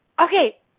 Okay